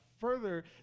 further